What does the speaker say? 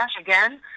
again